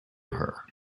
her